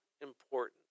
important